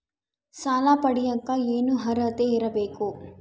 ಸಾಲ ಪಡಿಯಕ ಏನು ಅರ್ಹತೆ ಇರಬೇಕು?